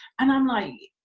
and i'm like,